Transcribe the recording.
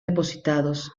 depositados